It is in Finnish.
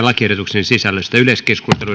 lakiehdotuksen sisällöstä yleiskeskustelu